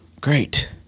Great